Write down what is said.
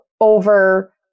over